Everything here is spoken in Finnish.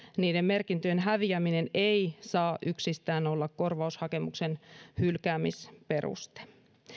niiden merkintöjen häviäminen ei saa yksistään olla korvaushakemuksen hylkäämisperuste